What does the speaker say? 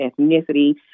ethnicity